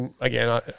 Again